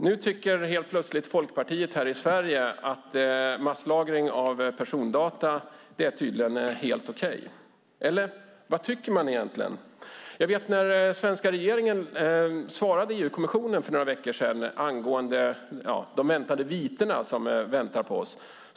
Nu tycker helt plötsligt Folkpartiet här i Sverige att masslagring av persondata tydligen är helt okej. Eller vad tycker man egentligen? Jag vet att den svenska regeringen svarade EU-kommissionen för några veckor sedan angående de viten som väntar på oss.